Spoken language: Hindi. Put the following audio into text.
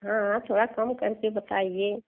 हाँ थोड़ा कम कर के बताइए